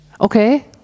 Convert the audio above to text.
Okay